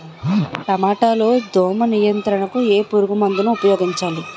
టమాటా లో దోమ నియంత్రణకు ఏ పురుగుమందును ఉపయోగించాలి?